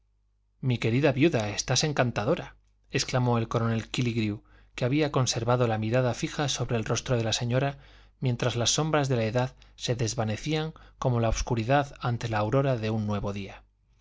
mi querida viuda estáis encantadora exclamó el coronel kílligrew que había conservado la mirada fija sobre el rostro de la señora mientras las sombras de la edad se desvanecían como la obscuridad ante la aurora de un nuevo día